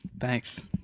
Thanks